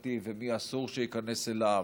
הממלכתי-דתי ומי אסור שייכנס אליו,